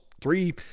three